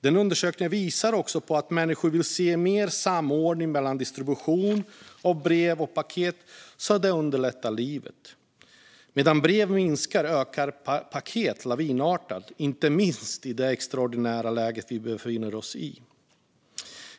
Dessa undersökningar visar även på att människor vill se mer samordning mellan distribution av brev och distribution av paket, så att det underlättar livet. Medan mängden brev minskar ökar mängden paket lavinartat, inte minst i det extraordinära läge vi befinner oss i.